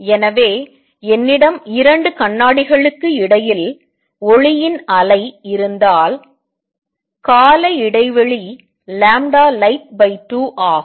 எனவே என்னிடம் 2 கண்ணாடிகளுக்கு இடையில் ஒளியின் அலை இருந்தால் கால இடைவெளி light2 ஆகும்